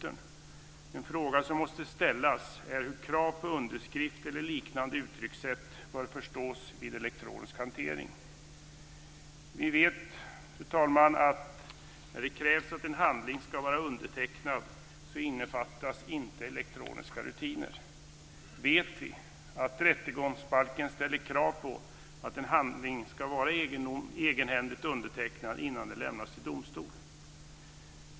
Den fråga som måste ställas är hur krav på underskrift eller liknande uttryckssätt bör förstås vid elektronisk hantering. Vi vet, fru talman, att när det krävs att en handling ska vara "undertecknad" innefattas inte elektroniska rutiner. Vi vet att rättegångsbalken ställer krav på att en handling ska vara egenhändigt undertecknad innan den lämnas till domstol.